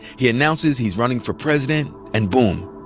he announces he's running for president. and boom,